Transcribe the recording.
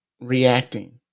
reacting